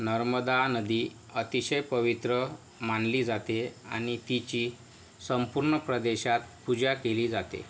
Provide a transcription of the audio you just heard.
नर्मदा नदी अतिशय पवित्र मानली जाते आणि तिची संपूर्ण प्रदेशात पूजा केली जाते